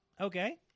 Okay